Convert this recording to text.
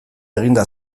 eginda